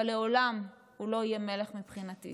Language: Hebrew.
אבל לעולם הוא לא יהיה מלך מבחינתי,